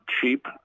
cheap